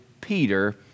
Peter